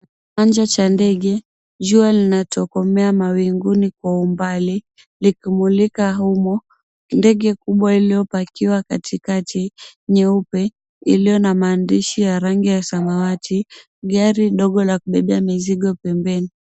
Kiwanja cha ndege, jua linatokomea mawinguni kwa umbali likimulika humo ndege kubwa iliyopakiwa katikati nyeupe iliyo na maandishi ya rangi ya samawati gari dogo la kubebea mizigo pembeni.